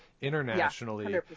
internationally